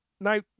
Now